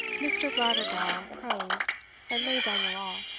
mr. blattergowl prosed and laid down the law,